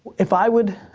if i would,